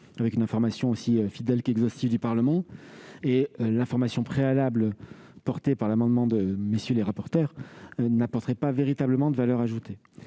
avec une information aussi fidèle qu'exhaustive du Parlement. L'information préalable proposée par MM. les rapporteurs n'apporterait pas véritablement de valeur ajoutée.